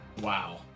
wow